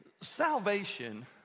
salvation